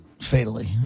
fatally